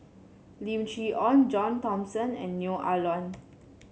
Lim Chee Onn John Thomson and Neo Ah Luan